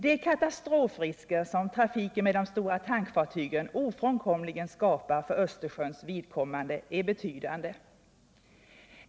De katastrofrisker som trafiken med de stora tankfartygen ofrånkomligen skapar för Östersjöns vidkommande är betydande.